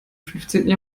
fünfzehnten